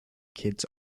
kids